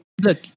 look